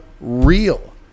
real